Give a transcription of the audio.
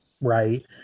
Right